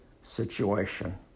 situation